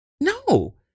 no